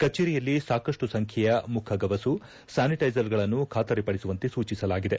ಕಚೇರಿಗಳಲ್ಲಿ ಸಾಕಷ್ಟು ಸಂಖ್ಣೆಯ ಮುಖಗವಸು ಸ್ಥಾನಿಟೈಸರ್ಗಳನ್ನು ಬಾತರಿಪಡಿಸುವಂತೆ ಸೂಚಿಸಲಾಗಿದೆ